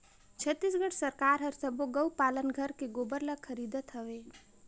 छत्तीसगढ़ सरकार हर सबो गउ पालन घर के गोबर ल खरीदत हवे